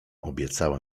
obiecała